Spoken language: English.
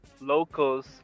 locals